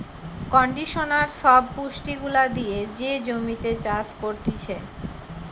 conditioner সব পুষ্টি গুলা দিয়ে যে জমিতে চাষ করতিছে